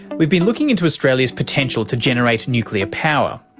we've been looking into australia's potential to generate nuclear power,